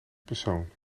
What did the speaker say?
persoon